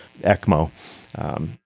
ECMO